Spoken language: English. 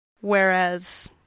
Whereas